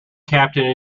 captain